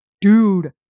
dude